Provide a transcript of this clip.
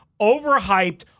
overhyped